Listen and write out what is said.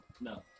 no